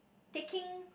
taking